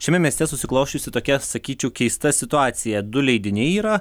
šiame mieste susiklosčiusi tokia sakyčiau keista situacija du leidiniai yra